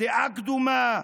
דעה קדומה,